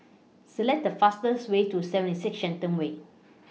Select The fastest Way to seven six Shenton Way